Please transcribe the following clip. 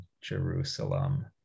Jerusalem